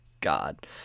god